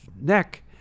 neck